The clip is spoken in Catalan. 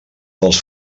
dels